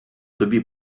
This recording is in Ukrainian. тобі